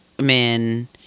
men